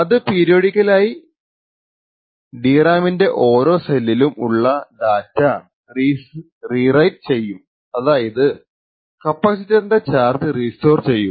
അത് പീരിയോഡിക്കലായി DRAM ന്റെ ഓരോ സെല്ലിലും ഉള്ള ഡാറ്റ റീറൈറ്റ് ചെയ്യും അതായതു കാപ്പാസിറ്ററിന്റെ ചാർജ് റീസ്റ്റോർ ചെയ്യും